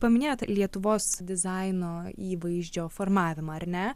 paminėjot lietuvos dizaino įvaizdžio formavimą ar ne